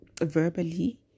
verbally